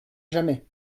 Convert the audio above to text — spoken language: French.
jamais